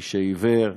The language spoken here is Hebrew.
מי שעיוור,